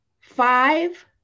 five